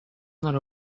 not